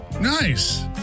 Nice